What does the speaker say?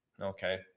Okay